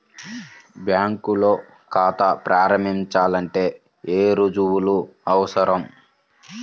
బ్యాంకులో ఖాతా ప్రారంభించాలంటే ఏ రుజువులు అవసరం?